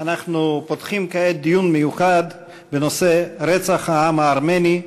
אנחנו פותחים כעת דיון מיוחד בנושא: רצח העם הארמני,